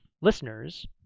listeners